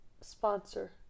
sponsor